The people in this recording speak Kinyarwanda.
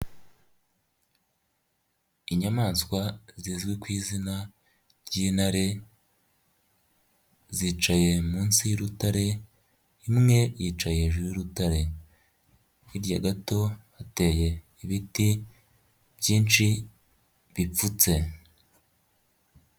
Inyamaswa zizwi ku izina ry'intare zicaye munsi y'urutare, imwe yicaye hejuru y'urutare, hirya gato hateye ibiti byinshi bipfutse.